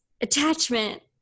attachment